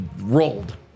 rolled